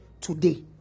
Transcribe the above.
today